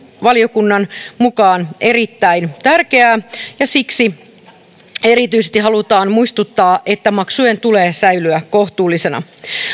valiokunnan mukaan erittäin tärkeää ja siksi halutaan erityisesti muistuttaa että maksujen tulee säilyä kohtuullisina